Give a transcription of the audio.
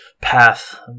path